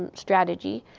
um strategy.